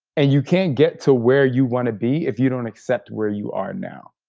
and you can't get to where you want to be, if you don't accept where you are now.